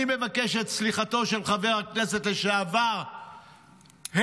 אני מבקש את סליחתו של חבר הכנסת לשעבר הנדל,